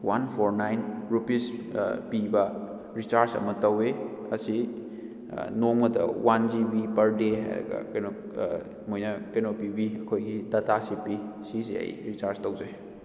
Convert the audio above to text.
one four nine rupees ꯄꯤꯕ recharge ꯑꯃ ꯇꯧꯋꯤ ꯑꯁꯤ ꯅꯣꯡꯃꯗ ꯋꯥꯟ ꯖꯤꯕꯤ ꯄꯔ ꯗꯦ ꯍꯥꯏꯔꯒ ꯀꯩꯅꯣ ꯃꯣꯏꯅ ꯀꯩꯅꯣ ꯄꯤꯕꯤ ꯑꯩꯈꯣꯏꯒꯤ ꯗꯥꯇꯥꯁꯤ ꯄꯤ ꯁꯤꯁꯦ ꯑꯩ ꯔꯤꯆꯥꯔꯖ ꯇꯧꯖꯩ